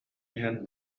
иһэн